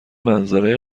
منظره